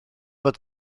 bod